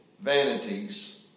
vanities